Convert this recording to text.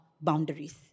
boundaries